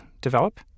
develop